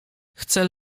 chce